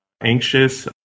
anxious